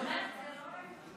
אלו לא רק תלבושות,